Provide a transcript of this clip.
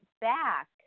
back